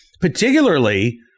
particularly